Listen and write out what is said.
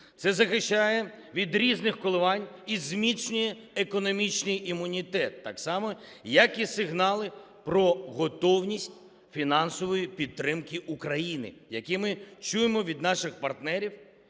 Це захищає від різних коливань і зміцнює економічний імунітет так само, як і сигнали про готовність фінансової підтримки України, які ми чуємо від наших партнерів,